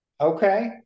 Okay